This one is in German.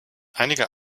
einige